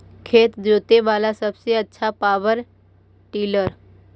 खेत जोते बाला सबसे आछा पॉवर टिलर?